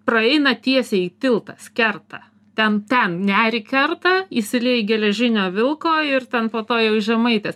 praeina tiesiai tiltas kerta ten ten nerį kerta įsilieja į geležinio vilko ir ten po to jau į žemaitės